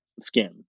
skin